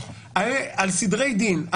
על סדרי דין,